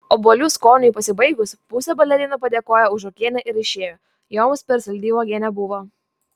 obuolių skoniui pasibaigus pusė balerinų padėkojo už uogienę ir išėjo joms per saldi uogienė buvo